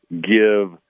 give